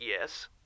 Yes